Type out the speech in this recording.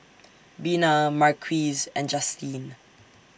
Bina Marquise and Justine